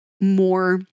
more